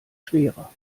schwerer